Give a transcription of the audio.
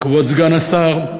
כבוד סגן השר,